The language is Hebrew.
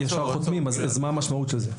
אז מה המשמעות של זה.